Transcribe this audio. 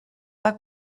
pas